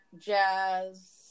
jazz